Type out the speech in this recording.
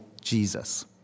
Jesus